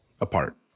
apart